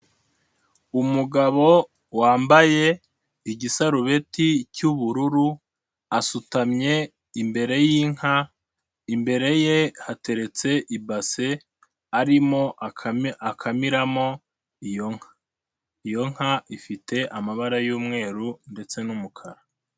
Umugabo wambaye igisarubeti cy'ubururu, asutamye imbere y'inka, imbere ye hateretse ibase, arimo akamiramo iyo nka. Iyo nka ifite amabara y'umweru ndetse n'umukara.